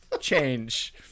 Change